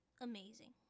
amazing